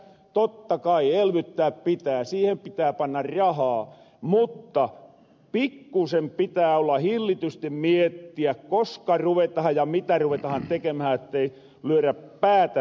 totta kai elvyttää pitää siihen pitää panna rahaa mutta pikkusen pitää hillitysti miettiä koska ruvetahan ja mitä ruvetahan tekemähän ettei lyödä päätä seinähän